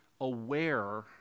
aware